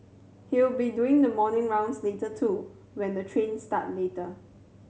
he'll be doing the morning rounds later too when the trains start later